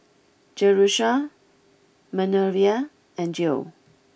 Jerusha Manervia and Geo